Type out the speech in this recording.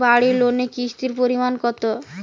বাড়ি লোনে কিস্তির পরিমাণ কত?